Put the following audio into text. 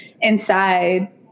inside